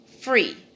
Free